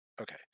Okay